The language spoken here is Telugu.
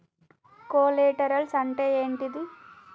కొలేటరల్స్ అంటే ఏంటిది?